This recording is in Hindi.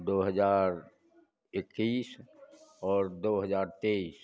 दो हजार इक्कीस और दो हजार तेईस